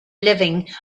living